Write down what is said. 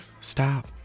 stop